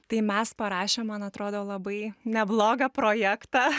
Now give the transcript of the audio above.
tai mes parašėm man atrodo labai neblogą projektą